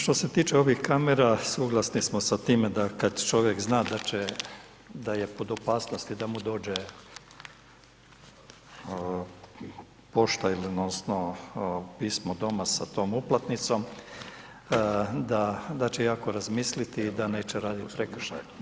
Što se tiče ovih kamera, suglasni smo sa time da kad čovjek zna da je pod opasnosti da mu dođe pošta odnosno pismo doma sa tom uplatnicom, da će jako razmisliti i da neće raditi prekršaje.